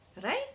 right